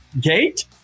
gate